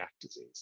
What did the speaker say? disease